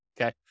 okay